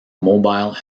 mobile